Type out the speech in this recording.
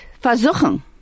versuchen